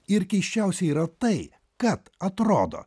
ir keisčiausia yra tai kad atrodo